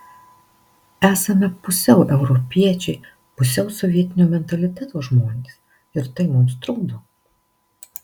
esame pusiau europiečiai pusiau sovietinio mentaliteto žmonės ir tai mums trukdo